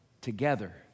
together